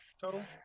total